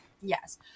Yes